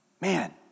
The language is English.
Man